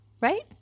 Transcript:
Right